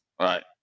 Right